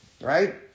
right